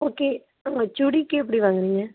okay சுடிக்கு எப்படி வாங்குவீங்க